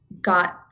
got